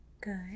good